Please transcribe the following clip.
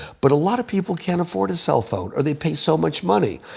but a lot of people can't afford a cell phone or they pay so much money.